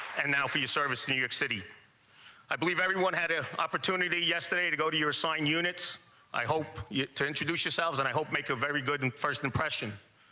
and now for your service new york city i believe everyone had an opportunity yesterday to go to your assigned units i hope you to introduce yourselves and i hope. make a very good and first impression.